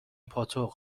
پاتق